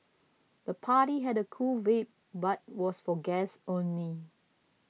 the party had a cool vibe but was for guests only